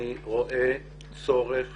אני רואה צורך